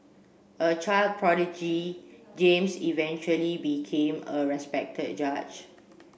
a child prodigy James eventually became a respected judge